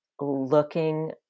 looking